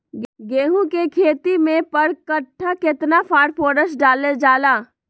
गेंहू के खेती में पर कट्ठा केतना फास्फोरस डाले जाला?